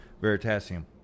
Veritasium